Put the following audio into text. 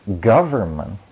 government